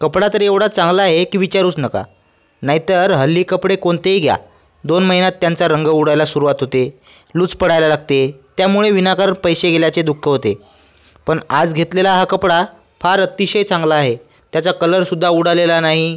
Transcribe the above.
कपडा तर एवढा चांगला आहे की विचारूच नका नाहीतर हल्ली कपडे कोणतेही घ्या दोन महिन्यात त्यांचा रंग उडायला सुरुवात होते लूज पडायला लागते त्यामुळे विनाकारण पैसे गेल्याचे दुःख होते पण आज घेतलेला हा कपडा फार अतिशय चांगला आहे त्याचा कलरसुद्धा उडालेला नाही